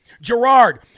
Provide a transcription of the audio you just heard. Gerard